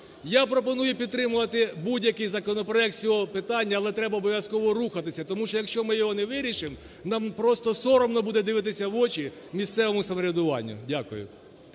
Я пропоную підтримувати будь-який законопроект з цього питання, але треба обов'язково рухатися. Тому що, якщо ми його не вирішимо, нам просто соромно буде дивитися в очі місцевому самоврядуванню. Дякую.